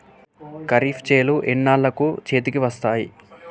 ఖరీఫ్ చేలు ఎన్నాళ్ళకు చేతికి వస్తాయి?